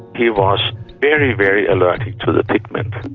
he was very, very allergic to the pigment,